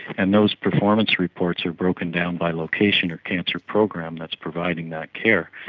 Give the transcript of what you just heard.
and those performance reports are broken down by location or cancer program that's providing that care.